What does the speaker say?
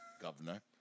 Governor